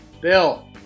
Bill